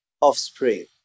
offspring